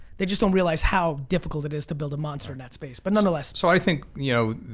they just don't realize how difficult it is to build a monster in that space, but nonetheless. so i think you know,